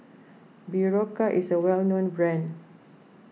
Berocca is a well known brand